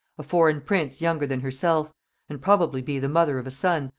a foreign prince younger than herself and probably be the mother of a son,